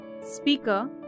speaker